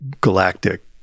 galactic